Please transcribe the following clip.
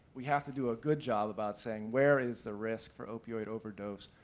we have to do a good job about saying where is the risk for opioid overdose,